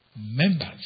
members